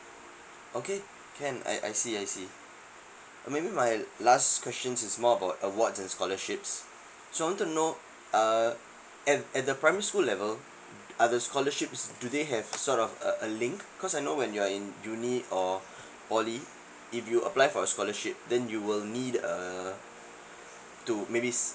okay can I I see I see maybe my last questions is more about awards and scholarships so I want to know uh and and the primary school level are those scholarships do they have sort of a a link cause I know when you're in uni or poly if you apply for a scholarship then you will need uh to maybe